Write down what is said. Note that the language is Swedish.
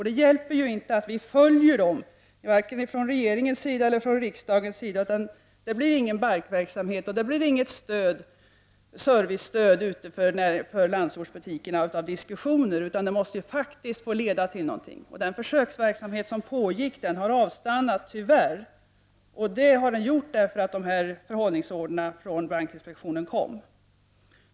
Det hjälper inte att man följer dem från vare sig regeringens eller riksdagens sida, för det blir inte någon bankverksamhet och inte heller något servicestöd för landsortsbutikerna bara genom diskussioner. De måste också faktiskt få leda till någonting. Den försöksverksamhet som pågick har tyvärr avstannat sedan bankinspektionens förhållningsorder kom.